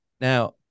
Now